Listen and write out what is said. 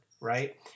Right